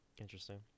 Interesting